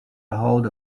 ahold